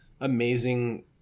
amazing